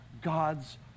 God's